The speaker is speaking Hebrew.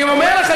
אני אומר לך,